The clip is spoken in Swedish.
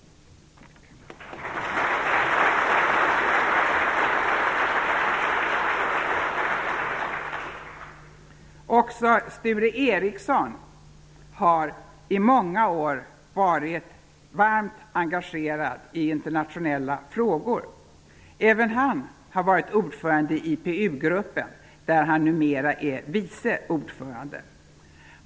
Också Sture Ericson har i många år varit varmt engagerad i internationella frågor. Även han har varit ordförande i IPU-gruppen, där han numera är vice ordförande.